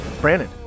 Brandon